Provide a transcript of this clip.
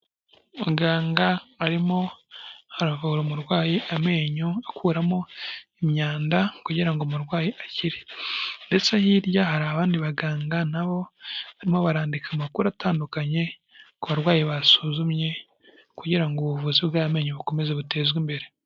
Muganga arimo aravura umurwayi amenyo, akuramo imyanda kugira ngo umurwayi akire. Ndetse hirya hari abandi baganga, na bo barimo barandika amakuru atandukanye ku barwayi basuzumye kugira ngo ubuvuzi bw'amenyo bukomeze butezwe imbere.